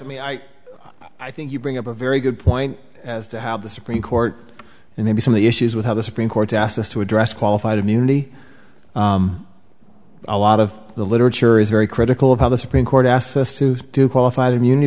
i mean i i think you bring up a very good point as to how the supreme court and maybe some of the issues with how the supreme court asked us to address qualified immunity a lot of the literature is very critical of how the supreme court asked us to do qualified immunity